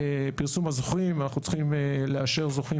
פרסום הזוכים ואנחנו צריכים לאשר זוכים